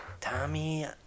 Tommy